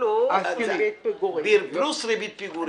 ריבית פיגורים.